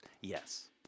Yes